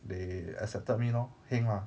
they accepted me lor heng lah